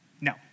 No